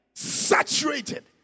saturated